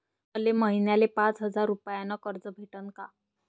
मले महिन्याले पाच हजार रुपयानं कर्ज भेटन का?